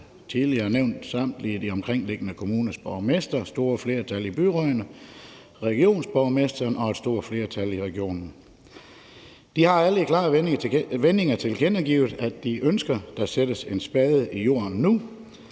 opbakning fra samtlige af de omkringliggende kommuners borgmestre, store flertal i byrådene, regionsborgmesteren og et stort flertal i regionen. De har alle i klare vendinger tilkendegivet, at de ønsker, at der sættes en spade i jorden nu,